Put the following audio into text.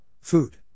Food